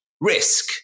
risk